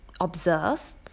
observe